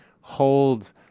hold